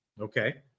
okay